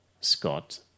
Scott